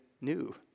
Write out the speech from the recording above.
new